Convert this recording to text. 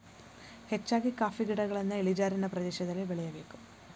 ಹೆಚ್ಚಾಗಿ ಕಾಫಿ ಗಿಡಗಳನ್ನಾ ಇಳಿಜಾರಿನ ಪ್ರದೇಶದಲ್ಲಿ ಬೆಳೆಯಬೇಕು